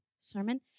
sermon